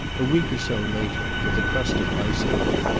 a week or so later, with a crust of ice over it,